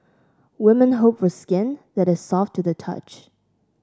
women hope for skin that is soft to the touch